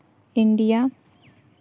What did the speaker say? India